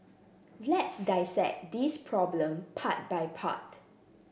let's dissect this problem part by part